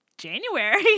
January